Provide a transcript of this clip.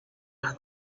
las